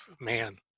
man